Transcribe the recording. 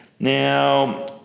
Now